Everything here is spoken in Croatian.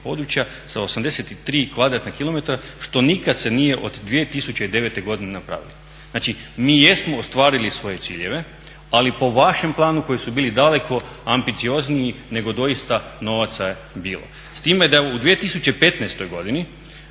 područja sa 83 kvadratna km što nikad se nije od 2009.godine napravilo. Znači mi jesmo ostvarili svoje ciljeve, ali po vašem planu koji su bili daleko ambiciozniji nego doista novaca je bilo. S time da je u 2015.godini